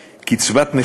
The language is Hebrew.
קצבת נכות